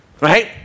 Right